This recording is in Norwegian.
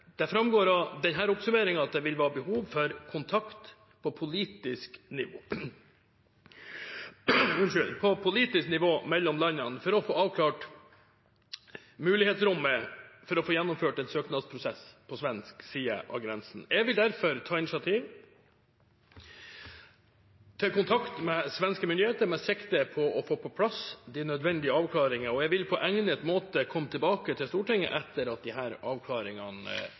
framgår av denne oppsummeringen at det vil være behov for kontakt på politisk nivå mellom landene for å få avklart mulighetsrommet for å få gjennomført en søknadsprosess på svensk side av grensen. Jeg vil derfor ta initiativ til kontakt med svenske myndigheter med sikte på å få på plass de nødvendige avklaringer. Jeg vil på egnet måte komme tilbake til Stortinget etter at disse avklaringene